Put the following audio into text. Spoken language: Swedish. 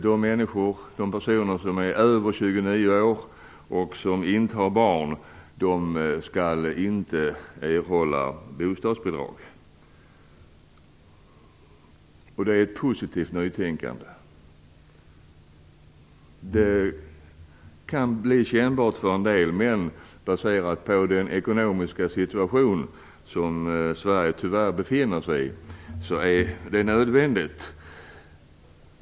Där föreslås att personer som är över 29 år och som inte har barn inte skall erhålla bostadsbidrag. Det är ett positivt nytänkande. Det kan bli kännbart för en del, men baserat på den ekonomiska situation som Sverige tyvärr befinner sig i är det nödvändigt.